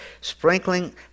sprinkling